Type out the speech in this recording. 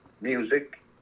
music